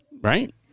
right